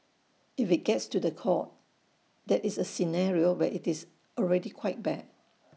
if IT gets to The Court that is A scenario where IT is already quite bad